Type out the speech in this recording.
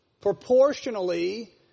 proportionally